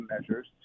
measures